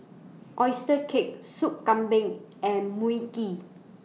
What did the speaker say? Oyster Cake Sup Kambing and Mui Kee